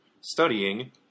studying